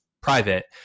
private